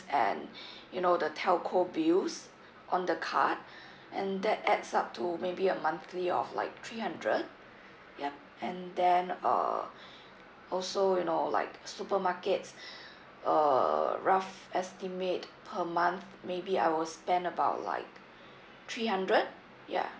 and you know the telco bills on the card and that adds up to maybe a monthly of like three hundred yup and then uh also you know like supermarkets uh rough estimate per month maybe I will spend about like three hundred yeah